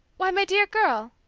why my dear girl!